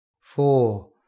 four